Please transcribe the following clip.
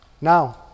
Now